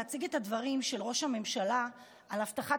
להציג את הדברים של ראש הממשלה על הבטחת